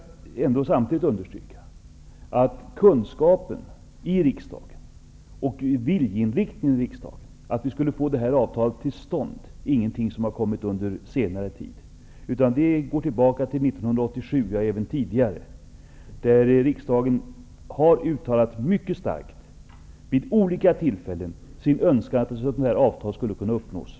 Jag vill ändå samtidigt understryka att kunskapen och viljeinriktningen i riksdagen att få det här avtalet till stånd inte är något som tillkommit under senare tid. Man kan gå tillbaka till 1987 - även tidigare - för att finna att riksdagen vid olika tillfällen mycket starkt har uttalat sin önskan om att sådana här avtal skulle kunna uppnås.